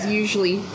usually